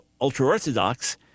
ultra-Orthodox